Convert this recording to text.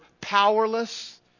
powerless